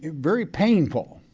ah very painful.